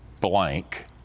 blank